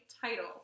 title